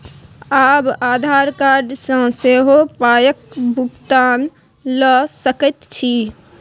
आब आधार कार्ड सँ सेहो पायक भुगतान ल सकैत छी